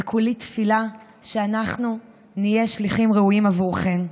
וכולי תפילה שאנחנו נהיה שליחים ראויים בעבורכן.